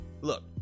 Look